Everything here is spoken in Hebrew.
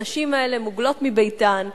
הנשים האלה מוגלות מביתן,